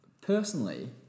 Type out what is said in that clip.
Personally